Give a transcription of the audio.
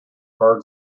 bird